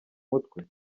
mutwe